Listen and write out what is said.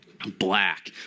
Black